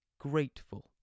grateful